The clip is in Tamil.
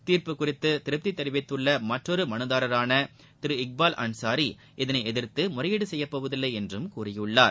தீர்ப்பு குறித்து திருப்தி தெரிவித்துள்ள மற்றொரு மனுதாரரான திரு இக்பால் அன்சாரி இதை எதிர்த்து முறையீடு செய்யப்போவதில்லை என்றும் கூறியுள்ளார்